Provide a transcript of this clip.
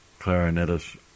clarinetist